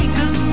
Cause